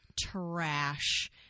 Trash